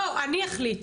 לא, אני אחליט.